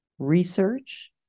research